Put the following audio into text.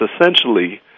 essentially